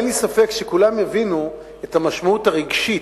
אין לי ספק שכולם יבינו את המשמעות הרגשית,